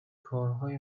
کارهای